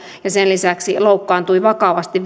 ja sen lisäksi viisi varusmiestä loukkaantui vakavasti